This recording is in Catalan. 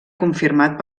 confirmat